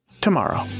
tomorrow